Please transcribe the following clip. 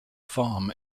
farm